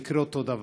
יקרה אותו דבר.